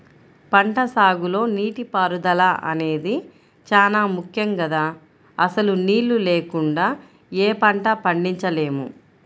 పంటసాగులో నీటిపారుదల అనేది చానా ముక్కెం గదా, అసలు నీళ్ళు లేకుండా యే పంటా పండించలేము